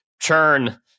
churn